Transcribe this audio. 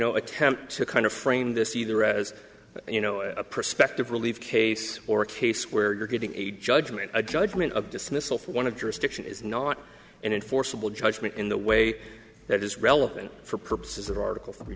know attempt to kind of frame this either as you know a prospective relief case or a case where you're getting a judgement a judgement of dismissal for one of jurisdiction is not an enforceable judgement in the way that is relevant for purposes of article three